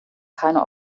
keine